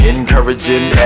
Encouraging